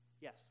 yes